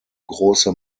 große